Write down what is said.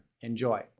enjoy